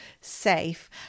safe